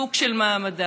לחיזוק של מעמדה.